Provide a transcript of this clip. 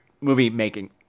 movie-making